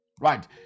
Right